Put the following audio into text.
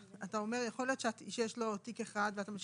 יכול להיות שיש לו תיק אחד ואתה משאיר